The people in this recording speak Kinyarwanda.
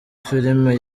filime